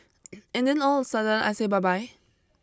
and then all of a sudden I say bye bye